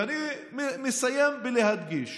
ואני מסיים בלהדגיש